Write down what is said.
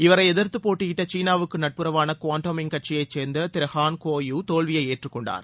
இவரை எதிர்த்துப்போட்டியிட்ட சீனாவுக்கு நட்புறவான குவோமின்டாங் கட்சியைச் சேர்ந்த திரு ஹான் குவோ யு தோல்வியை ஏற்றுக்கொண்டார்